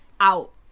out